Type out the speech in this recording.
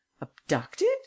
abducted